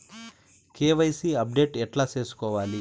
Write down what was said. KYC update ఎట్లా సేసుకోవాలి?